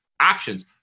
options